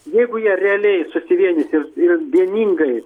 jeigu jie realiai susivienys ir ir vieningai